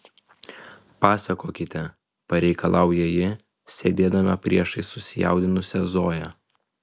pasakokite pareikalauja ji sėdėdama priešais susijaudinusią zoją